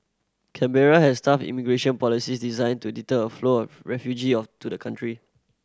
Canberra has tough immigration policies designed to deter a flow of refugee of to the country